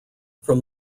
from